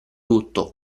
lutto